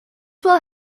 will